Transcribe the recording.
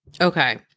Okay